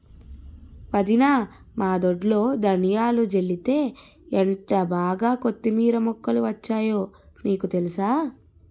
వదినా మా దొడ్లో ధనియాలు జల్లితే ఎంటబాగా కొత్తిమీర మొక్కలు వచ్చాయో మీకు తెలుసా?